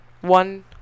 One